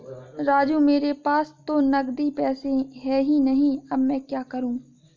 राजू मेरे पास तो नगदी पैसे है ही नहीं अब मैं क्या करूं